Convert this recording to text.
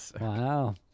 Wow